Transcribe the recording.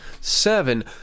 Seven